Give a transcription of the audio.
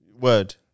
Word